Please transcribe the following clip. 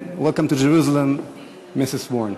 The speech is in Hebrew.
Welcome to Jerusalem, Mrs. Warren.